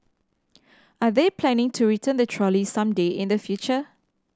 are they planning to return the trolley some day in the future